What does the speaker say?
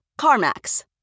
CarMax